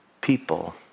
people